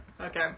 Okay